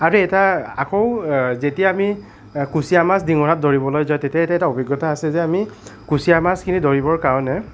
আৰু এটা আকৌ যেতিয়া আমি কুচীয়া মাছ ডিঙৰাত ধৰিবলৈ যাওঁ তেতিয়া এটা অভিজ্ঞতা আছে যে আমি কুচীয়া মাছখিনি ধৰিবৰ কাৰণে